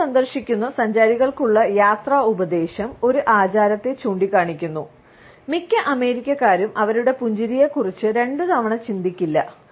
US സന്ദർശിക്കുന്ന സഞ്ചാരികൾക്കുള്ള യാത്രാ ഉപദേശം ഒരു ആചാരത്തെ ചൂണ്ടിക്കാണിക്കുന്നു മിക്ക അമേരിക്കക്കാരും അവരുടെ പുഞ്ചിരിയെക്കുറിച്ച് രണ്ടുതവണ ചിന്തിക്കില്ല